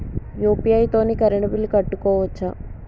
UPI తోని current bill కట్టుకోవచ్ఛా?